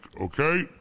Okay